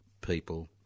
people